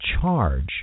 charge